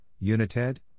UNITED